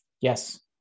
yes